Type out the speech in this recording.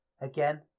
again